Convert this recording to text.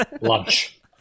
Lunch